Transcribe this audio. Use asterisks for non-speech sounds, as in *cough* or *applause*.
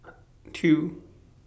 *noise* two